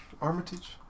Armitage